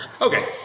Okay